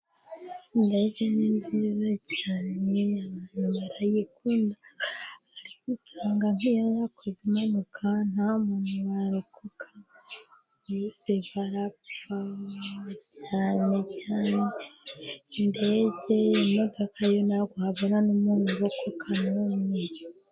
Indege ni nziza cyane abantu barayikunda, ariko usanga nk'iyo yakoze impanuka nta muntu warokoka muris Bose barapfa cyane cyane indege, imodoka yo ntabwo habura n'umuntu urokoka n'umwe.